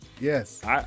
Yes